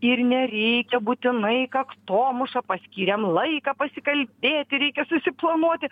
ir nereikia būtinai kaktomuša paskyrėm laiką pasikalbėti reikia susiplanuoti